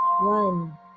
One